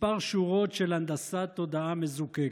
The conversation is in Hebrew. כמה שורות של הנדסת תודעה מזוקקת.